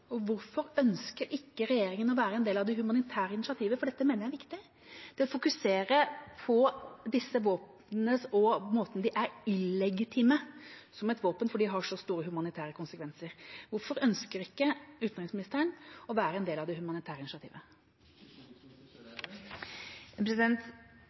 og hvorfor ønsker ikke regjeringa å være en del av det humanitære initiativet? For dette mener jeg er viktig, det å fokusere på disse våpnene og måten de er illegitime på som våpen, fordi de har så store humanitære konsekvenser. Hvorfor ønsker ikke utenriksministeren å være en del av det humanitære initiativet?